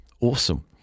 Awesome